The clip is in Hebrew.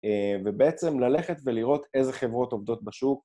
ובעצם ללכת ולראות איזה חברות עובדות בשוק.